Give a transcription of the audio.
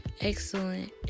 excellent